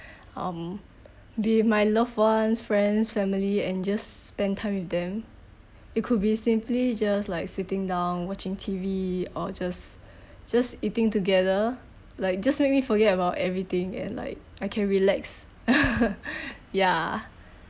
um be with my loved ones friends family and just spend time with them it could be simply just like sitting down watching T_V or just just eating together like just make me forget about everything and like I can relax ya